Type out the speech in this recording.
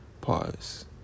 pause